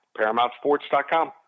ParamountSports.com